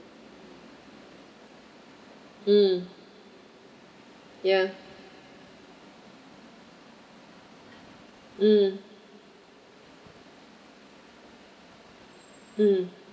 ya mm mm